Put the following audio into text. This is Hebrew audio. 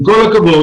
עם כל הכבוד,